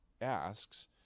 asks